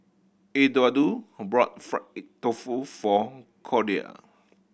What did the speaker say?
Eduardo brought fried tofu for Cordia